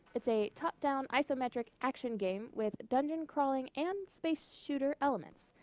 it's a top down, isometric, action game with dungeon crawling and space shooter elements.